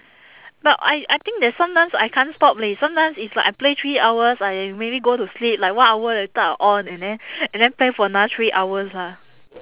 but I I think that sometimes I can't stop leh sometimes it's like I play three hours I maybe go to sleep like one hour later I'll on and then and then play for another three hours lah